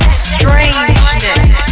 strangeness